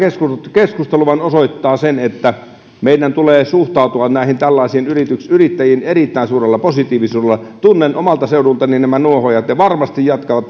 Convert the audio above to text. keskustelu vain osoittaa sen että meidän tulee suhtautua näihin tällaisiin yrittäjiin yrittäjiin erittäin suurella positiivisuudella tunnen omalta seudultani nämä nuohoojat ja he varmasti jatkavat